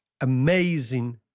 amazing